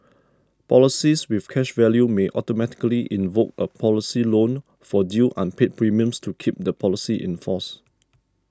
policies with cash value may automatically invoke a policy loan for due unpaid premiums to keep the policy in force